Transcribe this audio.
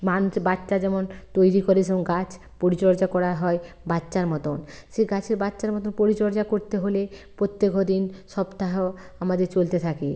মানুষ বাচ্চা যেমন তৈরি করে সেরকম গাছ পরিচর্যা করা হয় বাচ্চার মতন সেই গাছে বাচ্চার মতো পরিচর্যা করতে হলে প্রত্যেক দিন সপ্তাহ আমাদের চলতে থাকে